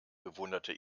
bewunderte